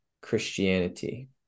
Christianity